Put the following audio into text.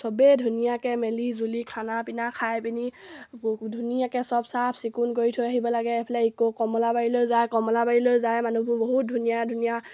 চবেই ধুনীয়াকৈ মিলিজুলি খানা পিনা খাই পিনি ধুনীয়াকৈ চব চাফচিকুণ কৰি থৈ আহিব লাগে ইফালে ইক' কমলাবাৰীলৈ যায় কমলাবাৰীলৈ যায় মানুহবোৰ বহুত ধুনীয়া ধুনীয়া